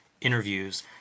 interviews